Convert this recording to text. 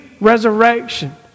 resurrection